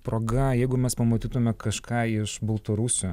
proga jeigu mes pamatytume kažką iš baltarusių